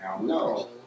No